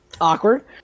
Awkward